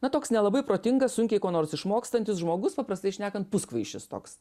na toks nelabai protingas sunkiai ko nors išmokstantis žmogus paprastai šnekant puskvaišis toks